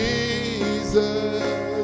Jesus